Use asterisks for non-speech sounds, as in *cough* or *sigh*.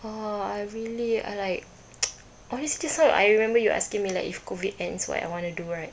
!wah! I really I like *noise* oh yes just now I remember you asking me like if COVID ends what I want to do right